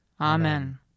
Amen